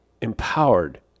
empowered